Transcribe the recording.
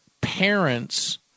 parents